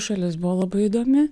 šalis buvo labai įdomi